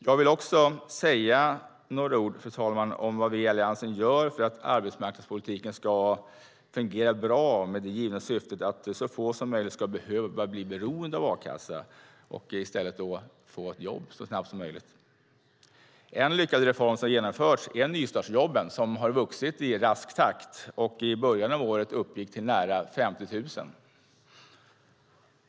Jag vill också säga några ord om vad vi i Alliansen gör för att arbetsmarknadspolitiken ska fungera bra med det givna syftet att så få som möjligt ska behöva bli beroende av a-kassa och i stället få ett jobb så snabbt som möjligt. En lyckad reform som har genomförts är nystartsjobben, som har vuxit i rask takt och i början av året uppgick till nära 50 000.